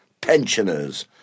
Pensioners